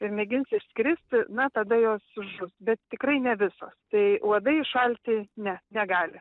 ir mėgins išskristi na tada jos žus bet tikrai ne visos tai uodai iššalti ne negali